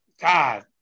God